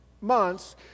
months